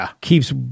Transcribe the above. keeps